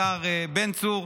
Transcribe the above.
השר בן צור.